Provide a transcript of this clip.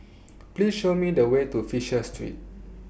Please Show Me The Way to Fisher Street